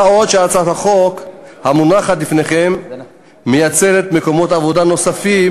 מה עוד שהצעת החוק המונחת בפניכם מייצרת מקומות עבודה נוספים